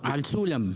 סולם?